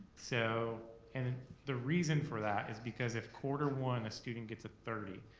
so and and the reason for that is, because if quarter one a student gets a thirty,